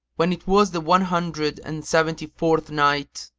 when it was the one hundred and seventy-fourth night,